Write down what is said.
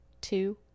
two